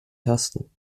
tasten